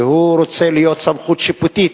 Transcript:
והוא רוצה להיות סמכות שיפוטית.